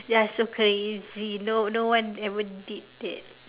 you are so crazy no no one ever did that